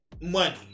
money